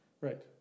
Right